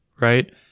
right